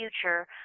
future